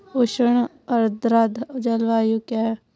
उष्ण आर्द्र जलवायु क्या है?